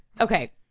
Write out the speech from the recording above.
okay